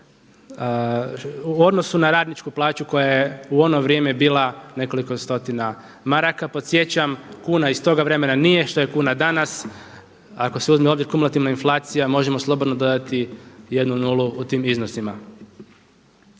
u odnosu na radničku plaću koja je u ono vrijeme bila nekoliko stotina maraka. Podsjećam, kuna iz toga vremena nije što je kuna danas, ako se uzme u obzir kumulativna inflacija možemo slobodno dodati jednu nulu u tim iznosima.